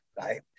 right